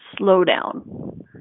slowdown